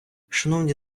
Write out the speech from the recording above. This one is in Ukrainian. шановні